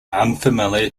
unfamiliar